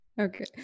Okay